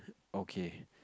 okay